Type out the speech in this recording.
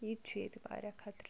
یہِ تہِ چھُ ییٚتہِ واریاہ خطرٕ